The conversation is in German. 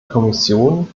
kommission